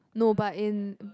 no but in